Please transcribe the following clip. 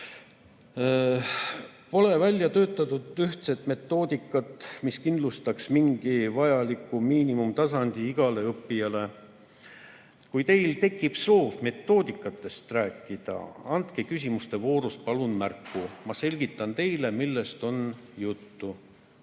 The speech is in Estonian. Pole välja töötatud ühtset metoodikat, mis kindlustaks mingi vajaliku miinimumtasandi igale õppijale. Kui teil tekib soov metoodikatest rääkida, andke küsimuste voorus palun märku, ma selgitan teile, millest on jutt.